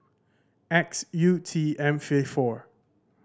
X U T M five four